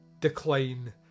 decline